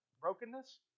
brokenness